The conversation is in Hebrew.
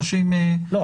אנשים --- לא,